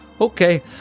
Okay